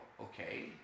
okay